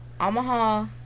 Omaha